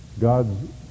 God's